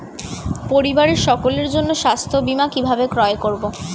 পরিবারের সকলের জন্য স্বাস্থ্য বীমা কিভাবে ক্রয় করব?